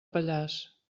pallars